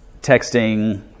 Texting